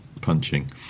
punching